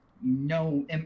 no